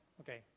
Okay